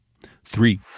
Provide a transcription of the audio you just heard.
Three